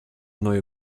neue